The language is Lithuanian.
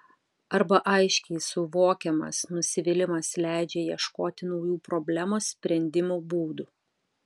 arba aiškiai suvokiamas nusivylimas leidžia ieškoti naujų problemos sprendimo būdų